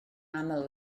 aml